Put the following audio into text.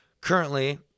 currently